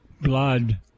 blood